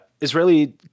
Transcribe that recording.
israeli